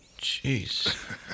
Jeez